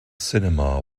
cinema